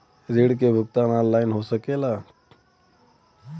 ऋण के भुगतान ऑनलाइन हो सकेला?